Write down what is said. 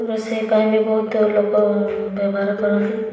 ରୋଷେଇ ପାଇଁ ବି ବହୁତ ଲୋକ ବ୍ୟବହାର କରନ୍ତି